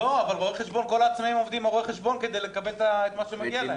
אבל כל העצמאים עובדים עם רואי חשבון כדי לקבל את מה שמגיע להם.